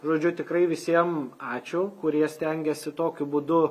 žodžiu tikrai visiem ačiū kurie stengiasi tokiu būdu